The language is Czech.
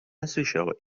neslyšel